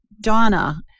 Donna